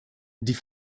die